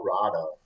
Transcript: Colorado